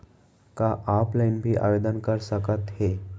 का ऑफलाइन भी आवदेन कर सकत हे?